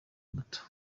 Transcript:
muto